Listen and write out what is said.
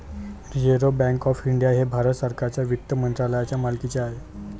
reserve Bank of India हे भारत सरकारच्या वित्त मंत्रालयाच्या मालकीचे आहे